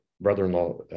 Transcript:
brother-in-law